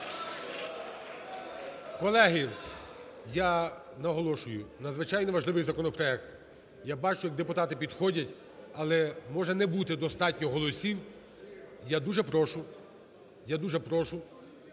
Колеги, я наголошую, надзвичайно важливий законопроект. Я бачу, як депутати підходять, але може не бути достатньо голосів. Я дуже прошу, я дуже прошу